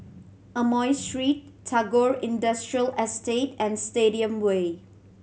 Amoy Street Tagore Industrial Estate and Stadium Way